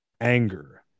anger